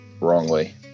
wrongly